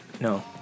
No